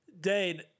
Dane